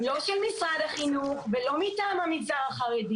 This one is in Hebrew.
לא של משרד החינוך ולא מטעם המגזר החרדי.